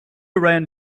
ran